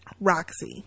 Roxy